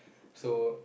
so